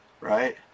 right